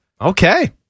Okay